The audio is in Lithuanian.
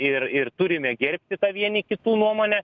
ir ir turime gerbti tą vieni kitų nuomonę